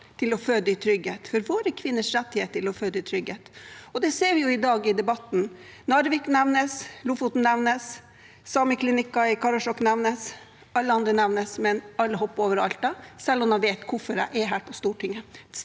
til å føde i trygghet – for våre kvinners rettighet til å føde i trygghet. Det ser vi jo i dag i debatten: Narvik nevnes, Lofoten nevnes, Sámi klinihkka i Karasjok nevnes – alle andre nevnes, men alle hopper over Alta selv om man vet hvorfor jeg er her på Stortinget.